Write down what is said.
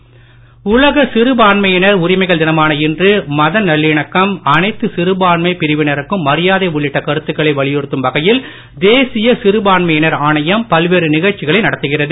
சிறுபான்மையினர் உலக சிறுபான்மையினர் உரிமைகள் தினமான இன்று மத நல்லிணக்கம் அனைத்து சிறுபான்மை பிரிவினருக்கும் மரியாதை உள்ளிட்ட கருத்துக்களை வலியுறுத்தும் வகையில் தேசிய சிறுபான்மையினர் ஆணையம் பல்வேறு நிகழ்ச்சிகளை நடத்துகிறது